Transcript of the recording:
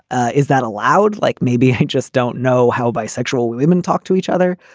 is that allowed? like, maybe i just don't know how bisexual women talk to each other.